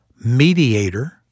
Mediator